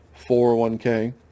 401k